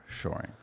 shoring